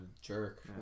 jerk